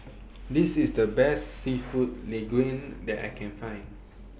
This IS The Best Seafood Linguine that I Can Find